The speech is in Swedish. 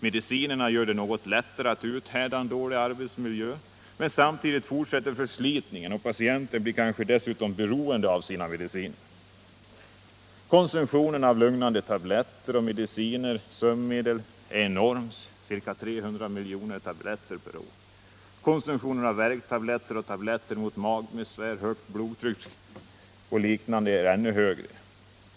Medicinerna gör det något lättare att uthärda en dålig arbetsmiljö — men samtidigt fortsätter förslitningen, och patienten blir kanske dessutom beroende av sina mediciner. Konsumtionen av lugnande mediciner och sömnmedel är enorm — ca 300 milj. tabletter per år. Konsumtionen av värktabletter och tabletter mot magbesvär, högt blodtryck och liknande är ännu högre.